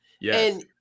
yes